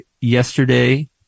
yesterday